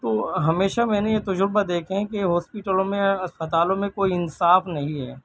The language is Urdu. تو ہمیشہ میں نے یہ تجربہ دیکھا ہے کہ ہاسپٹلوں میں اسپتالوں میں کوئی انصاف نہیں ہے